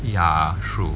ya true